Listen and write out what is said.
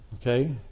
Okay